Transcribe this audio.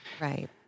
Right